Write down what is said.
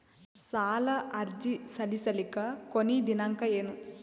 ಸಾಲ ಅರ್ಜಿ ಸಲ್ಲಿಸಲಿಕ ಕೊನಿ ದಿನಾಂಕ ಏನು?